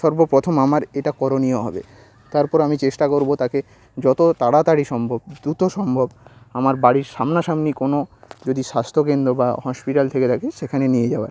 সর্বপ্রথম আমার এটা করণীয় হবে তারপর আমি চেষ্টা করব তাকে যত তাড়াতাড়ি সম্ভব দ্রুত সম্ভব আমার বাড়ির সামনাসামনি কোনও যদি স্বাস্থ্য কেন্দ্র বা হসপিটাল থেকে থাকে সেখানে নিয়ে যাওয়ার